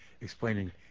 explaining